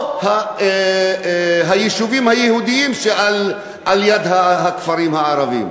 או היישובים היהודיים שליד הכפרים הערביים.